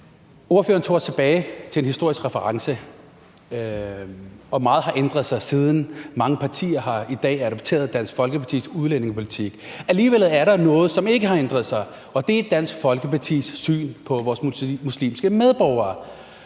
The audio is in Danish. Ordføreren tog os tilbage med en historisk reference, og meget har ændret sig siden. Mange partier har i dag adopteret Dansk Folkepartis udlændingepolitik. Alligevel er der noget, som ikke har ændret sig, og det er Dansk Folkepartis syn på vores muslimske medborgere.